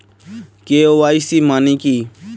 KYC মানে কী?